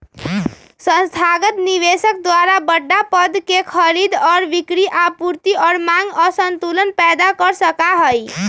संस्थागत निवेशक द्वारा बडड़ा पद के खरीद और बिक्री आपूर्ति और मांग असंतुलन पैदा कर सका हई